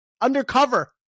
undercover